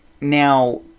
Now